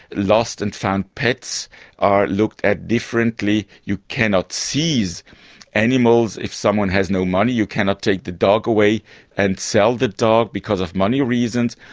lost and found pets are looked at differently. you cannot seize animals, if someone has no money you cannot take the dog away and sell the dog because of money reasons.